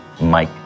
Mike